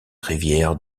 rivière